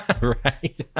Right